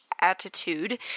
attitude